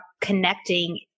connecting